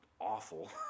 awful